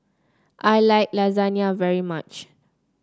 I like Lasagna very much